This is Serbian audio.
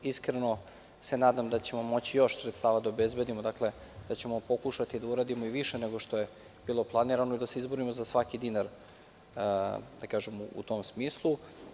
Iskreno se nadam da ćemo moći još sredstava da obezbedimo, da ćemo pokušati da uradimo i više nego što je bilo planirano i da se izborimo za svaki dinar, u tom smislu.